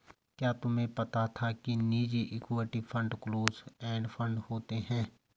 क्या तुम्हें पता था कि निजी equity fund close end fund होते हैं?